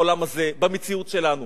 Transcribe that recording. בעולם הזה, במציאות שלנו.